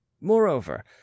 moreover